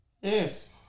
Yes